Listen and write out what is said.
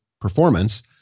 performance